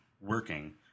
working